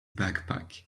backpack